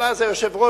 אבל אז היושב-ראש,